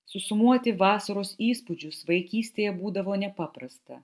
susumuoti vasaros įspūdžius vaikystėje būdavo nepaprasta